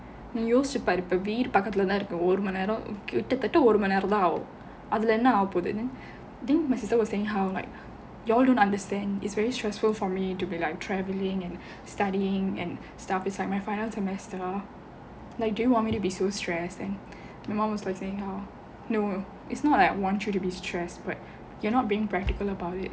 நீ யோசிச்சு பாரு இப்போ வீடு பக்கத்துல தான் இருக்கு ஒரு மணி நேரம் கிட்ட தட்ட ஒரு மணி நேரம் தான் ஆகும் அதுல என்ன ஆக போகுதுனு: nee yosichu paaru ippo veedu pakkathula thaan irukku oru mani neram kitta thatta oru mani neram thaan aagum adhula enna aaga poguthunu then my sister was saying how like you all don't understand it's very stressful for me to be like traveling and studying and stuff is like my final semester like do you want me to be so stress then my mum was like saying oh no it's not I want you to be stressed but you are not being practical about it